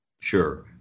Sure